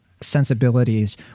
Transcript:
sensibilities